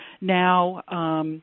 now